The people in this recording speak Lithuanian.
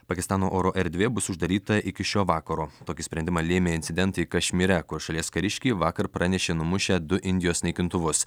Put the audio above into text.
pakistano oro erdvė bus uždaryta iki šio vakaro tokį sprendimą lėmė incidentai kašmyre kur šalies kariškiai vakar pranešė numušę du indijos naikintuvus